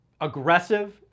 aggressive